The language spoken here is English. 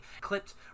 clipped